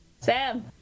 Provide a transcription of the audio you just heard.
Sam